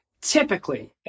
typically